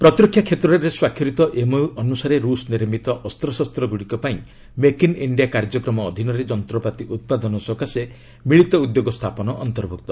ପ୍ରତିରକ୍ଷା କ୍ଷେତ୍ରରେ ସ୍ୱାକ୍ଷରିତ ଏମ୍ଓୟୁ ଅନୁସାରେ ରୁଷ ନିର୍ମିତ ଅସ୍ତଶସ୍ତଗୁଡ଼ିକ ପାଇଁ ମେକ୍ ଇନ୍ ଇଣ୍ଡିଆ କାର୍ଯ୍ୟକ୍ରମ ଅଧୀନରେ ଯନ୍ତ୍ରପାତି ଉତ୍ପାଦନ ସକାଶେ ମିଳିତ ଉଦ୍ୟୋଗ ସ୍ଥାପନ ଅନ୍ତର୍ଭୁକ୍ତ